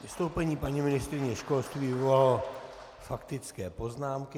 Vystoupení paní ministryně školství vyvolalo faktické poznámky.